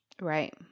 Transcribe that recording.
Right